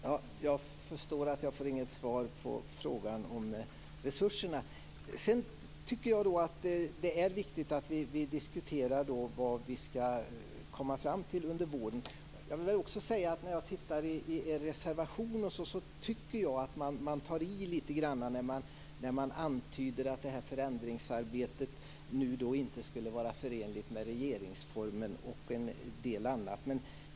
Herr talman! Jag förstår att jag inte får något svar på frågan om resurserna. Jag tycker att det är viktigt att vi diskuterar vad vi ska komma fram till under våren. När jag tittar i reservationen tycker jag att man tar i lite grann när man antyder att förändringsarbetet inte skulle vara förenligt med regeringsformen och en del annat.